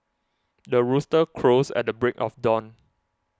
the rooster crows at the break of dawn